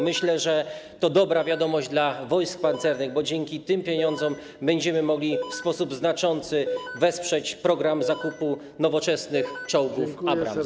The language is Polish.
Myślę, że to dobra wiadomość dla wojsk pancernych, bo dzięki tym pieniądzom będziemy mogli w znaczący sposób wesprzeć program zakupu nowoczesnych czołgów Abrams.